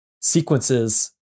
sequences